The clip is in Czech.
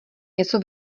něco